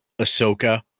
Ahsoka